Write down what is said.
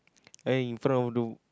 infront of the